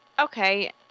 Okay